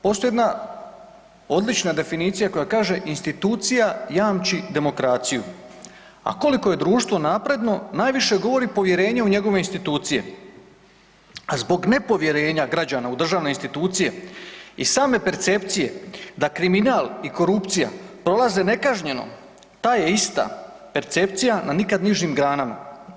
Postoji jedna odlična definicija koja kaže institucija jamči demokraciju, a koliko je društvo napredno najviše govori povjerenje u njegove institucije, a zbog nepovjerenja građana u državne institucije i same percepcije da kriminal i korupcija prolaze nekažnjeno ta je ista percepcija na nikad nižim granama.